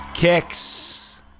Kicks